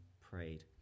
prayed